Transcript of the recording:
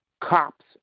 cops